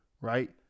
right